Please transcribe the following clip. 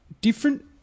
Different